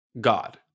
God